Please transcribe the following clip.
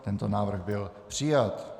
Tento návrh byl přijat.